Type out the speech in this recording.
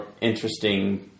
interesting